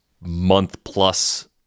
month-plus